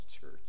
church